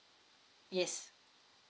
yes